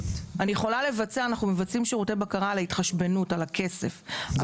אנחנו מבצעים שירותי בקרה על ההתחשבנות על הכסף,